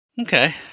Okay